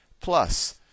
Plus